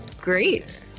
great